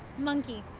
monkey.